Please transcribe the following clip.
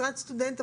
משרת סטודנט,